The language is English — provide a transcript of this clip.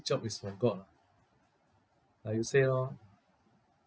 job is for god lah like you say lor